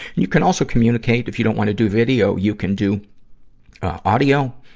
you can also communicate if you don't want to do video, you can do audio.